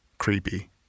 creepy